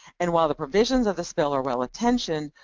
and while the provisions of this bill are well-intentioned,